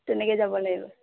তেনেকৈ যাব লাগিব